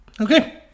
Okay